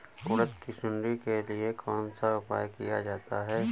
उड़द की सुंडी के लिए कौन सा उपाय किया जा सकता है?